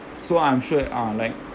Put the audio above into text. so I'm sure uh like